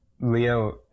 Leo